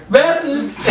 message